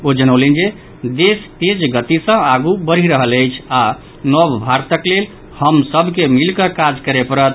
ओ जनौलनि जे देश तेज गति सॅ आगू बढ़िल रहल अछि आ नव भारतक लेल हम सभ के मिलिकऽ काज करय पड़त